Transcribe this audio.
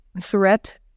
threat